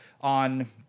on